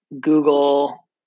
Google